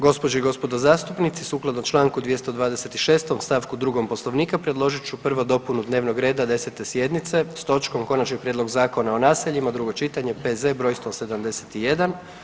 Gospođe i gospodo zastupnici, sukladno čl. 226. st. 2. Poslovnika predložit ću prvo dopunu dnevnog reda 10. sjednice s točkom Konačni prijedlog Zakona o naseljima, drugo čitanje P.Z. br. 171.